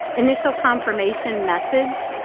initial confirmation message.